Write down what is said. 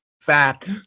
fat